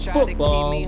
Football